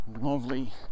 lovely